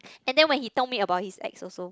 and then when he told me about his ex also